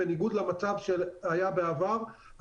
בניגוד למצב שהיה בעבר,